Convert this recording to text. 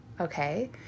okay